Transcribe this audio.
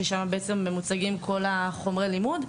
ששם מוצגים כל חומרי הלימוד,